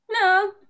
No